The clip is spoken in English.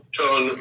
turn